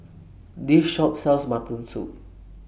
This Shop sells Mutton Soup